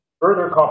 further